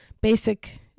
basic